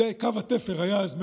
קו התפר היה אז מאוד,